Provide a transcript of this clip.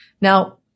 Now